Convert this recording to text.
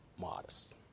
modest